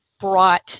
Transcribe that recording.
brought